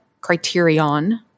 criterion